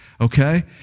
Okay